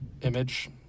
image